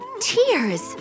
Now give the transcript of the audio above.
tears